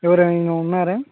ఎవరైనా ఉన్నారా